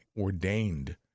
ordained